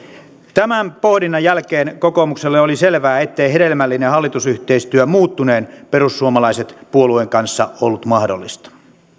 tämän pohdinnan jälkeen kokoomukselle oli selvää ettei hedelmällinen hallitusyhteistyö muuttuneen perussuomalaiset puolueen kanssa ollut mahdollista